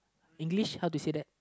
English how to say that